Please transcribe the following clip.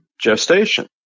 gestation